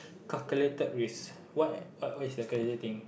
calculated risk what what is calculated thing